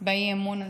באי-אמון הזה,